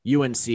UNC